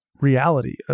reality